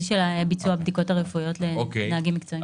של ביצוע בדיקות רפואיות לנהגים מקצועיים.